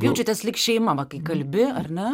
jaučiatės lyg šeima va kai kalbi ar ne